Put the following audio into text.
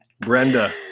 Brenda